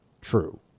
true